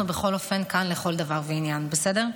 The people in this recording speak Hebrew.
אנחנו בכל אופן כאן לכל דבר ועניין, בסדר?